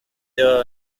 lleva